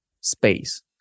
space